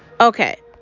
Okay